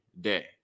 day